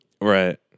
Right